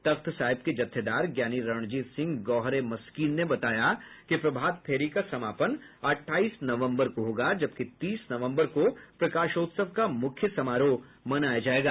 तख्त साहिब के जत्थेदार ज्ञानी रणजीत सिंह गौहर ए मस्कीन ने बताया कि प्रभात फेरी का समापन अट्ठाईस नवम्बर को होगा जबकि तीस नवम्बर को प्रकाशोत्सव का मुख्य समारोह मनाया जायेगा